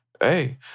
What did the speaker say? Hey